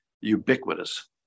ubiquitous